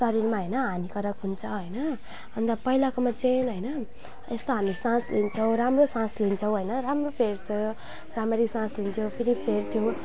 शरीरमा होइन हानिकारक हुन्छ होइन अन्त पहिलाकोमा चाहिँ होइन यस्तो हामी सास लिन्छौँ राम्रो सास लिन्छौँ होइन राम्रो फेर्छ राम्ररी सास लिन्थ्यो फेरि फेर्थ्यो